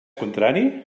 contrari